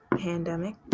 pandemic